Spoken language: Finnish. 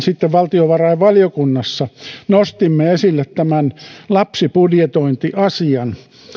sitten valtiovarainvaliokunnassa nostimme esille tämän lapsibudjetointiasian